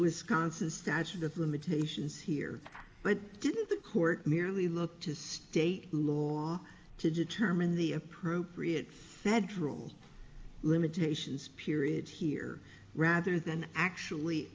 wisconsin statute of limitations here but didn't the court merely look to state law to determine the appropriate federal limitations period here rather than actually